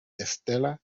estela